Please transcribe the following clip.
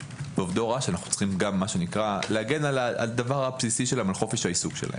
ועובדי הוראה שאנחנו צריכים להגן על חופש העיסוק שלהם.